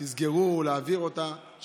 תסגרו או תעבירו אותה,